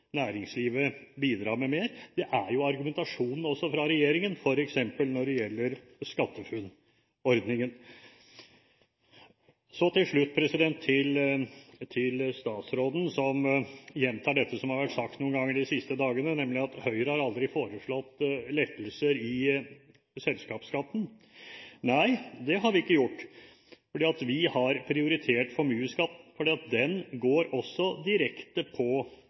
næringslivet bidra med mer. Det er jo argumentasjonen også fra regjeringen, f.eks. når det gjelder SkatteFUNN-ordningen. Til slutt til statsråden, som gjentar dette som har vært sagt noen ganger de siste dagene, nemlig at Høyre aldri har foreslått lettelser i selskapsskatten: Nei, det har vi ikke gjort. Vi har prioritert formuesskatten fordi den også går direkte på